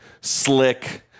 slick